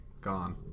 Gone